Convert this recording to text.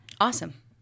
awesome